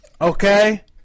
okay